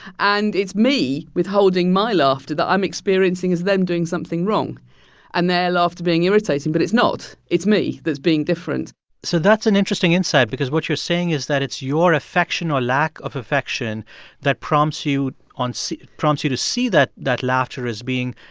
and it's me withholding my laughter that i'm experiencing as them doing something wrong and their laughter being irritating. but it's not. it's me that's being different so that's an interesting insight because what you're saying is that it's your affection or lack of affection that prompts you prompts you to see that that laughter as being,